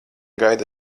gaida